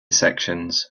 sections